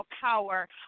power